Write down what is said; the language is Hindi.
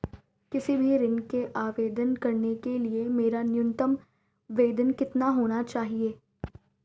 किसी भी ऋण के आवेदन करने के लिए मेरा न्यूनतम वेतन कितना होना चाहिए?